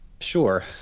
Sure